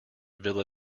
villa